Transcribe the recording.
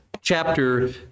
chapter